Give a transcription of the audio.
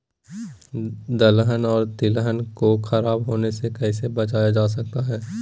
दलहन और तिलहन को खराब होने से कैसे बचाया जा सकता है?